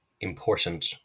important